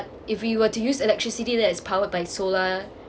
if we were to use electricity that is powered by solar